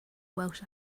welsh